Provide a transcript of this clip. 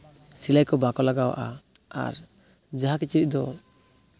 ᱥᱤᱞᱟᱹᱭ ᱠᱚ ᱵᱟᱠᱚ ᱞᱟᱜᱟᱣᱟᱜᱼᱟ ᱟᱨ ᱡᱟᱦᱟᱸ ᱠᱤᱪᱨᱤᱡ ᱫᱚ